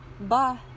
Bye